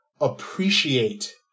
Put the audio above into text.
appreciate